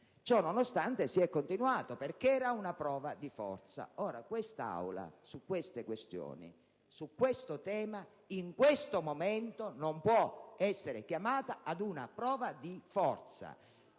Ciò nonostante, si è continuato, perché era una prova di forza. Ebbene, quest'Aula, su tali questioni, su questo tema, in questo momento non può essere chiamata ad una prova di forza.